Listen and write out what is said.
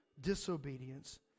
disobedience